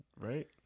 Right